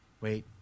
wait